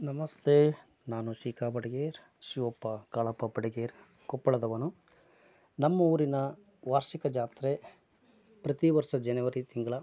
ನಮಸ್ತೆ ನಾನು ಶಿಕಾ ಬಡಿಗೇರ್ ಶಿವಪ್ಪ ಕಾಳಪ್ಪ ಬಡಿಗೇರ್ ಕೊಪ್ಪಳದವನು ನಮ್ಮ ಊರಿನ ವಾರ್ಷಿಕ ಜಾತ್ರೆ ಪ್ರತಿ ವರ್ಷ ಜನವರಿ ತಿಂಗಳ